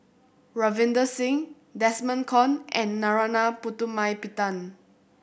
Ravinder Singh Desmond Kon and Narana Putumaippittan